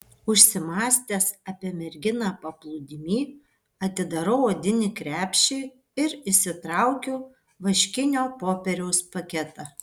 užsimąstęs apie merginą paplūdimy atidarau odinį krepšį ir išsitraukiu vaškinio popieriaus paketą